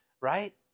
right